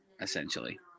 essentially